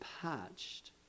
patched